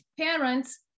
parents